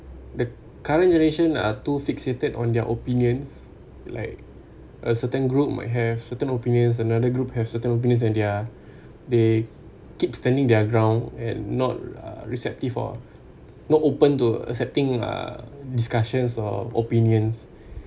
the current generation are too fixated on their opinions like a certain group might have certain opinions another group have certain opinions and their they keep standing their ground and not receptive or not open to accepting uh discussions or opinions